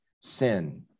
sin